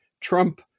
Trump